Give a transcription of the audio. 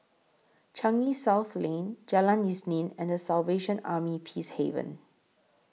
Changi South Lane Jalan Isnin and The Salvation Army Peacehaven